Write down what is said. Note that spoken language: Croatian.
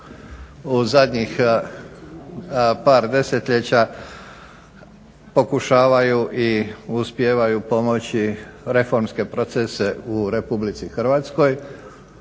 u zadnjih par desetljeća pokušavaju i uspijevaju pomoći reformske procese u Republici Hrvatskoj.